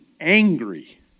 angry